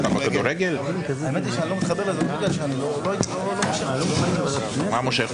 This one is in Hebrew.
מוכן שתיק יישב אצלכם בשל לחילוט אבל לא בשל לכתב אישום שנה וחצי.